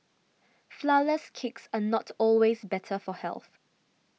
Flourless Cakes are not always better for health